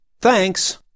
Thanks